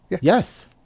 Yes